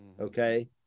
Okay